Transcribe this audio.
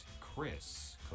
Chris